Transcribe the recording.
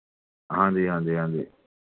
ਹਾਂਜੀ ਹਾਂਜੀ ਹਾਂਜੀ